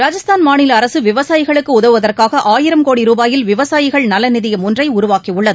ராஜஸ்தான் மாநில அரசு விவசாயிகளுக்கு உதவுவதற்காக ஆயிரம் கோடி ரூபாயில் விவசாயிகள் நலநிதியம் ஒன்றை உருவாக்கியுள்ளது